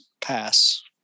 Pass